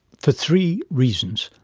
for three reasons.